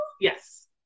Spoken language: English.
Yes